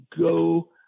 go